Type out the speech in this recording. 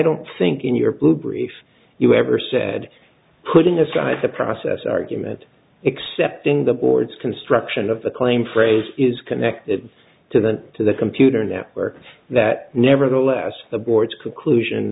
don't think in your blue brief you ever said putting aside the process argument except in the board's construction of the claim phrase is connected to that to the computer network that nevertheless the board's c